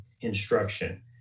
instruction